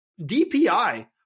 DPI